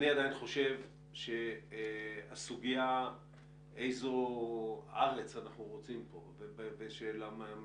אני עדיין חושב שהסוגיה איזו ארץ אנחנו רוצים פה ובמשאבים